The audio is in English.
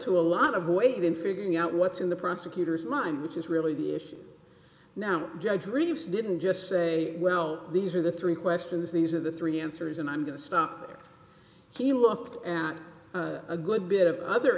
to a lot of weight in figuring out what's in the prosecutor's mind which is really the issue now judge really was didn't just say well these are the three questions these are the three answers and i'm going to stop he looked at a good bit of other